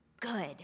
good